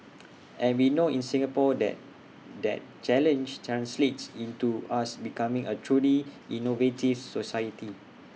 and we know in Singapore that that challenge translates into us becoming A truly innovative society